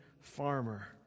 farmer